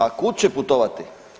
A kud će putovati?